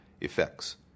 effects